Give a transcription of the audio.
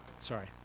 sorry